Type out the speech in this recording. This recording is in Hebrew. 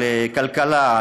לכלכלה,